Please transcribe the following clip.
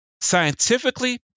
scientifically